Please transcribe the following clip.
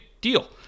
deal